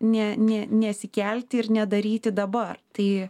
ne ne nesikelti ir nedaryti dabar tai